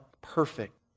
perfect